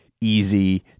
easy